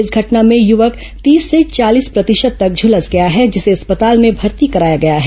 इस घटना में युवक तीस से चालीस प्रतिशत तक झुलस गया है जिसे अस्पताल में भर्ती कराया गया है